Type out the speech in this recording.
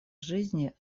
жизни